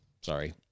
Sorry